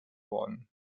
worden